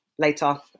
later